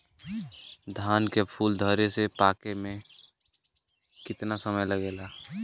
धान के फूल धरे से बाल पाके में कितना समय लागेला?